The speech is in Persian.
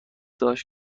داشت